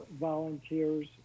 volunteers